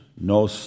no